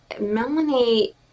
Melanie